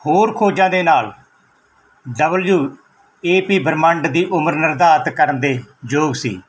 ਹੋਰ ਖੋਜਾਂ ਦੇ ਨਾਲ ਡਬਲਯੂ ਏ ਪੀ ਬ੍ਰਹਿਮੰਡ ਦੀ ਉਮਰ ਨਿਰਧਾਰਤ ਕਰਨ ਦੇ ਯੋਗ ਸੀ